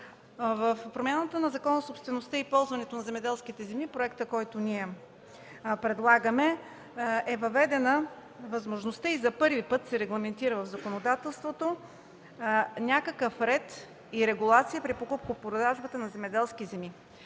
В промяната на Закона за собствеността и ползването на земеделските земи – проектът, който предлагаме, е въведена възможността и за първи път се регламентира в законодателството някакъв ред и регулация при покупко-продажбата на земеделски земи.